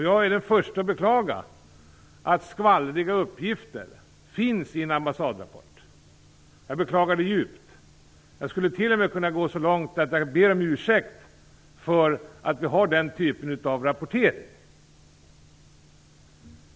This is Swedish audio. Jag är den förste att beklaga att skvallriga uppgifter finns i en ambassadrapport. Jag beklagar det djupt. Jag skulle till och med kunna gå så långt att jag ber om ursäkt för att vi har den typen av rapportering.